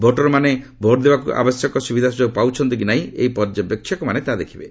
ଭୋଟରମାନେ ଭୋଟ୍ ଦେବାକୁ ଆବଶ୍ୟକ ସୁବିଧା ସ୍ରଯୋଗ ପାଉଚ୍ଚନ୍ତି କି ନାହିଁ ଏହି ପର୍ଯ୍ୟବେକ୍ଷକମାନେ ତାହା ଦେଖିବେ